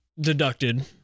deducted